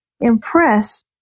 impressed